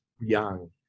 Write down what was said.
young